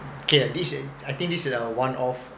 okay this a I think this is a one off